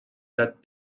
that